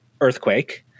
earthquake